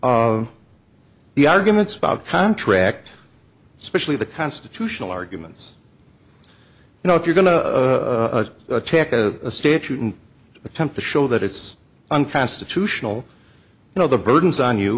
of the arguments about contract especially the constitutional arguments you know if you're going to attack a statute and attempt to show that it's unconstitutional you know the burden is on you